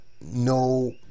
no